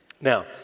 Now